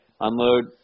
unload